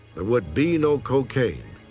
there would be no cocaine.